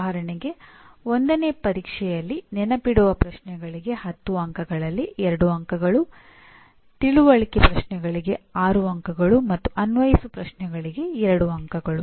ಉದಾಹರಣೆಗೆ ಒಂದನೇ ಪರೀಕ್ಷೆಯಲ್ಲಿ ನೆನಪಿಡುವ ಪ್ರಶ್ನೆಗಳಿಗೆ ಹತ್ತು ಅಂಕಗಳಲ್ಲಿ 2 ಅಂಕಗಳು ತಿಳುವಳಿಕೆ ಪ್ರಶ್ನೆಗಳಿಗೆ 6 ಅಂಕಗಳು ಮತ್ತು ಅನ್ವಯಿಸು ಪ್ರಶ್ನೆಗಳಿಗೆ ಎರಡು ಅಂಕಗಳು